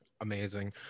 Amazing